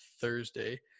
Thursday